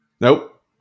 Nope